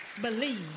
believe